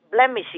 blemishing